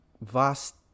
vast